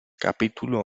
capítulo